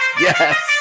Yes